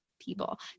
people